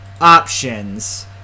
options